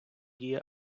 діє